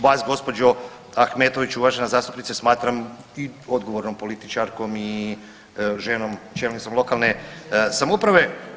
Vas gospođo Ahmetović uvažena zastupnice smatram i odgovornom političarkom i ženom čelnicom lokalne samouprave.